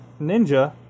Ninja